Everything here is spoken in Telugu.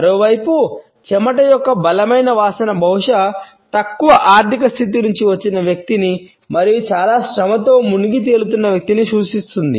మరోవైపు చెమట యొక్క బలమైన వాసన బహుశా తక్కువ ఆర్ధిక స్థితి నుండి వచ్చిన వ్యక్తిని మరియు చాలా శ్రమతో మునిగి తేలుతున్న వ్యక్తిని సూచిస్తుంది